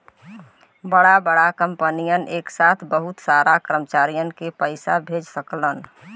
बड़ा बड़ा कंपनियन एक साथे बहुत सारा कर्मचारी के पइसा भेज सकलन